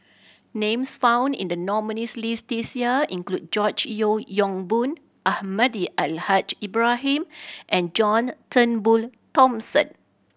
names found in the nominees' list this year include George Yeo Yong Boon Almahdi Al Haj Ibrahim and John Turnbull Thomson